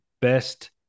best